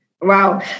Wow